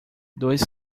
dois